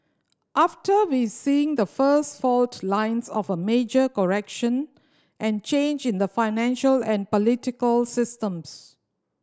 after we seeing the first fault lines of a major correction and change in the financial and political systems